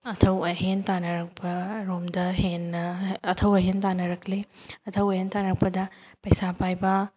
ꯑꯊꯧ ꯑꯍꯦꯟ ꯇꯥꯅꯔꯛꯄ ꯔꯣꯝꯗ ꯍꯦꯟꯅ ꯑꯊꯧ ꯑꯍꯦꯟ ꯇꯅꯔꯛꯂꯤ ꯑꯊꯧ ꯑꯍꯦꯟ ꯇꯅꯔꯛꯄꯗ ꯄꯩꯁꯥ ꯄꯥꯏꯕ